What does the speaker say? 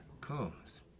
comes